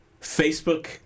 Facebook